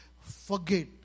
forget